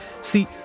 See